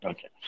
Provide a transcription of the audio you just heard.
Okay